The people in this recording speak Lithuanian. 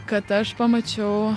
kad aš pamačiau